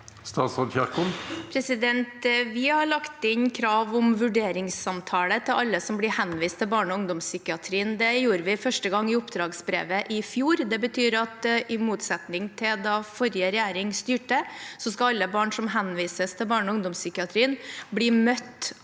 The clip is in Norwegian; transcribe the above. Ingvild Kjerkol Vi har lagt inn krav om vurderingssamtale for alle som blir henvist til barne- og ungdomspsykiatrien. Det gjorde vi første gang i oppdragsbrevet i fjor. Det betyr at i motsetning til da forrige regjering styrte, skal alle barn som henvises til barne- og ungdomspsykiatrien bli møtt